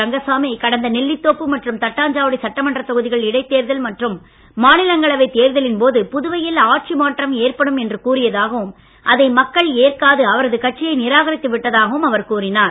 ரங்கசாமி கடந்த நெல்லிதோப்பு மற்றும் தட்டாஞ்சாவடி சட்டமன்ற தொகுதிகள் இடைத்தேர்தல் மற்றும் மக்களவை தேர்தலின் போது புதுவையில் ஆட்சி மாற்றம் ஏற்படும் என்று கூறியதாகவும் அதை மக்கள் ஏற்காது அவரது கட்சியை நிராகரித்து விட்டதாகவும் தெரிவித்தார்